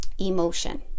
emotion